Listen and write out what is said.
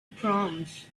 proms